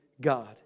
God